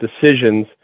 decisions